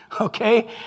Okay